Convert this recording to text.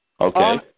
Okay